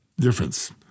difference